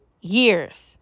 years